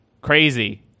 crazy